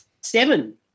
seven